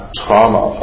trauma